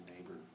neighbor